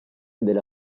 della